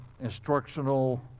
instructional